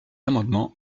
amendement